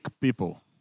people